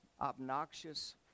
obnoxious